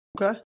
Okay